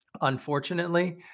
unfortunately